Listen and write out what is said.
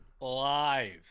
Live